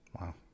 Wow